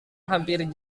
hampir